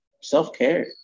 self-care